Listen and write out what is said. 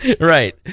Right